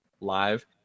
live